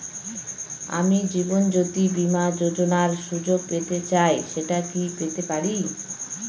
আমি জীবনয্যোতি বীমা যোযোনার সুযোগ পেতে চাই সেটা কি পেতে পারি?